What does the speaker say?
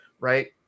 right